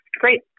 great